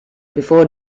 before